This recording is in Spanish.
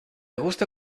gusta